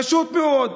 פשוט מאוד.